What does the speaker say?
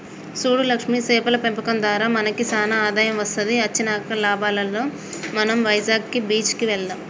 సూడు లక్ష్మి సేపల పెంపకం దారా మనకి సానా ఆదాయం వస్తది అచ్చిన లాభాలలో మనం వైజాగ్ బీచ్ కి వెళ్దాం